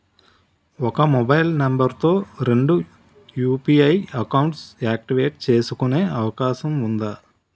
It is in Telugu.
ఒక మొబైల్ నంబర్ తో రెండు యు.పి.ఐ అకౌంట్స్ యాక్టివేట్ చేసుకునే అవకాశం వుందా?